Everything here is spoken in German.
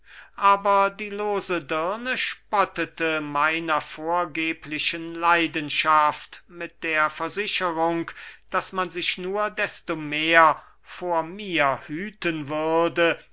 aber die lose dirne spottete meiner vorgeblichen leidenschaft mit der versicherung daß man sich nur desto mehr vor mir hüten würde